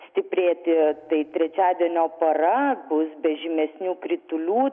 stiprėti tai trečiadienio para bus be žymesnių kritulių